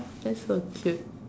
that's so cute